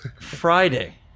Friday